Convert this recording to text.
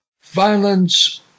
Violence